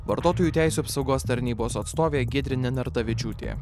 vartotojų teisių apsaugos tarnybos atstovė giedrė nenartavičiūtė